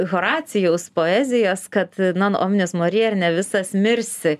horacijaus poezijos kad non omnis marija ar ne visas mirsi